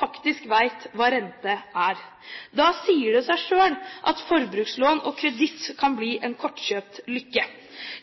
faktisk vet hva rente er. Da sier det seg selv at forbrukslån og kreditt kan bli en kortkjøpt lykke.